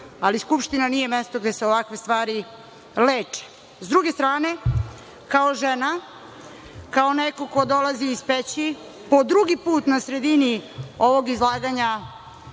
ali Skupština nije mesto gde se ovakve stvari leče.S druge strane, kao žena, kao neko ko dolazi iz Peći, po drugi put na sredini ovog izlaganja